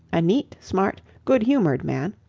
a neat smart good humoured man,